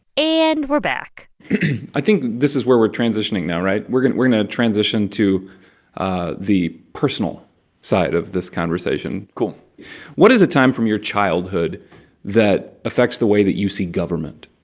and we're back i think this is where we're transitioning now. right? we're going to transition to ah the personal side of this conversation cool what is a time from your childhood that affects the way that you see government?